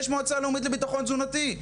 יש מועצה לאומית לביטחון תזונתי,